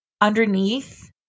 underneath